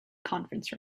conference